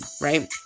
right